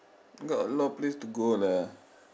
got a lot of place to go lah